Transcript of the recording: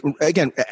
again